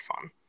fun